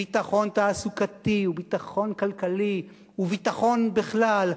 ביטחון תעסוקתי וביטחון כלכלי וביטחון בכלל,